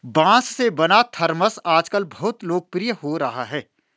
बाँस से बना थरमस आजकल बहुत लोकप्रिय हो रहा है